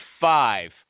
five